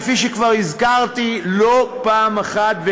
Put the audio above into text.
כפי שכבר הזכרתי לא פעם אחת,